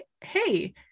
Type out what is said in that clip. hey